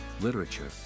literature